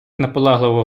наполегливо